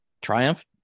triumph